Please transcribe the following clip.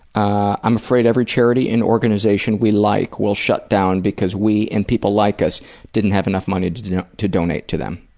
i'm afraid every charity and organization we like will shut down because we, and people like us didn't have enough money to to donate to them.